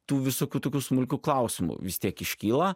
tų visokių tokių smulkių klausimų vis tiek iškyla